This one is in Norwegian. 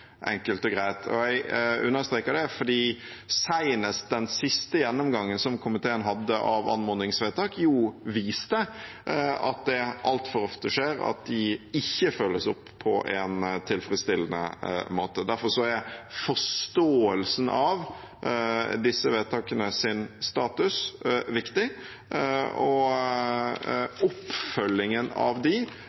enkelt og greit, og jeg understreker det fordi senest den siste gjennomgangen som komiteen hadde av anmodningsvedtak, viste at det altfor ofte skjer at de ikke følges opp på en tilfredsstillende måte. Derfor er forståelsen av disse vedtakenes status viktig, og oppfølgingen av